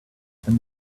them